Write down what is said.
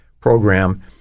program